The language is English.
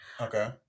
Okay